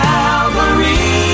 Calvary